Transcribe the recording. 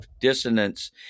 dissonance